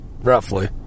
roughly